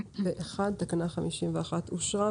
אושרה.